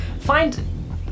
find